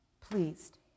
pleased